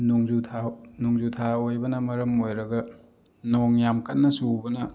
ꯅꯣꯡꯖꯨ ꯊꯥ ꯅꯣꯡꯖꯨ ꯊꯥ ꯑꯣꯏꯕꯅ ꯃꯔꯝ ꯑꯣꯏꯔꯒ ꯅꯣꯡ ꯌꯥꯝ ꯀꯟꯅ ꯆꯨꯕꯅ